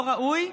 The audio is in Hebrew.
לא ראוי,